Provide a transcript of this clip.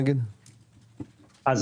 אם